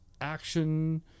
action